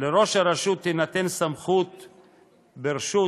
לראש הרשות תינתן סמכות ברשות,